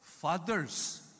fathers